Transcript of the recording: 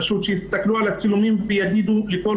פשוט שיסתכלו על הצילומים ויגידו לכל